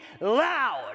loud